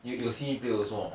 no